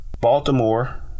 Baltimore